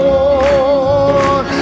Lord